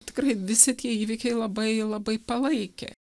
tikrai visi tie įvykiai labai labai palaikė